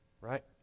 right